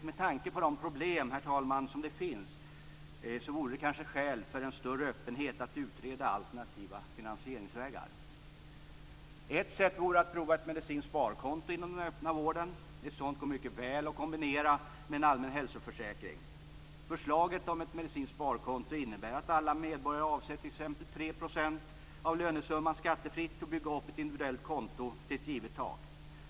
Med tanke på de problem som finns i vården finns det kanske skäl för en större öppenhet att utreda alternativa finansieringsvägar. Ett sätt vore att pröva ett medicinskt sparkonto inom den öppna vården. Ett sådant går mycket väl att kombinera med en allmän hälsoförsäkring. Förslaget om ett medicinskt sparkonto innebär att alla medborgare avsätter t.ex. 3 % av lönesumman skattefritt till att bygga upp ett individuellt konto till ett givet tak.